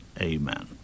Amen